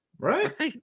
Right